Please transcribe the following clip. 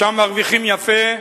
שם מרוויחים יפה.